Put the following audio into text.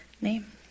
name